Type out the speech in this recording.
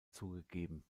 zugegeben